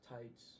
tights